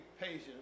patient